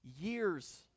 years